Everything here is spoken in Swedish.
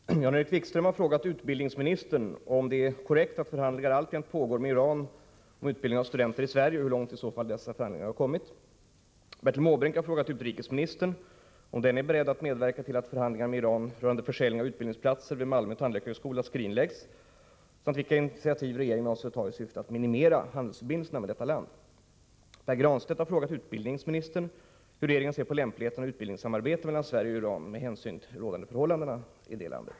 Herr talman! Jan-Erik Wikström har frågat utbildningsministern om det är korrekt att förhandlingar alltjämt pågår med Iran om utbildning av studenter i Sverige och hur långt i så fall dessa förhandlingar har kommit. Bertil Måbrink har frågat utrikesministern om denne är beredd att medverka till att förhandlingar med Iran rörande försäljning av utbildnings 13 delser och utbildningssamarbete med Iran platser vid Malmö tandläkarhögskola skrinläggs samt vilket initiativ regeringen avser att ta i syfte att minimera handelsförbindelserna med detta land. Pär Granstedt har frågat utbildningsministern hur regeringen ser på lämpligheten av utbildningssamarbete mellan Sverige och Iran med hänsyn till rådande förhållanden i detta land.